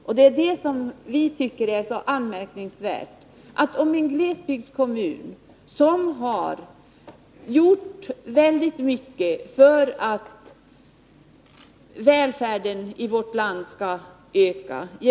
Vi har här en glesbygdskommun som genom att själv avstå från vissa delar av sin energi har gjort väldigt mycket för att öka välfärden i vårt land.